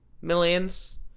millions